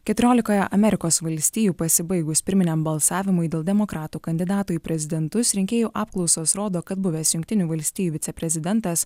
keturiolikoje amerikos valstijų pasibaigus pirminiam balsavimui dėl demokratų kandidato į prezidentus rinkėjų apklausos rodo kad buvęs jungtinių valstijų viceprezidentas